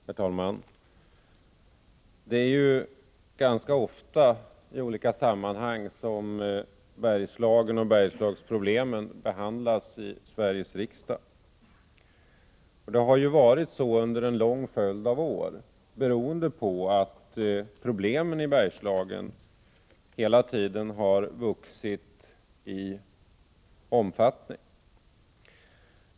Herr talman! Det är ju ganska ofta som Bergslagen och Bergslagsproblemen i olika sammanhang behandlas i Sveriges riksdag. Det har varit så under en lång följd av år, beroende på att problemen i Bergslagen hela tiden har vuxit i omfattning.